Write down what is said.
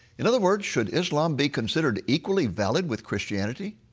in other words, should islam be considered equally valid with christianity?